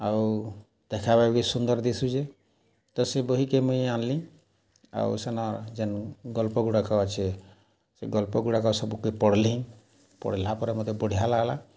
ଆଉ ଦେଖ୍ବାକେ ବି ସୁନ୍ଦର୍ ଦିଶୁଛେ ତ ସେ ବହିକେ ମୁଇଁ ଆନ୍ଲିଁ ଆଉ ସେନର୍ ଯେନ୍ ଗଳ୍ପଗୁଡ଼ାକ ଅଛେ ସେ ଗଳ୍ପଗୁଡ଼ାକ ସବୁକେ ପଢ଼ଲିଁ ପଢ଼୍ଲା ପରେ ମତେ ବଢ଼ିଆ ଲାଗ୍ଲା